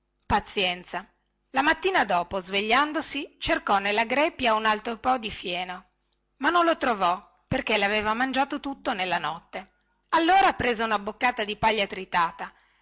pazienza la mattina dopo svegliandosi cercò subito nella greppia un altro po di fieno ma non lo trovò perché laveva mangiato tutto nella notte allora prese una boccata di paglia tritata